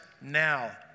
now